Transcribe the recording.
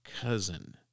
cousin